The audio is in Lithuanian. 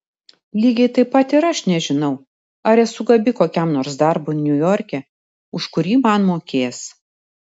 lygiai taip pat ir aš nežinau ar esu gabi kokiam nors darbui niujorke už kurį man mokės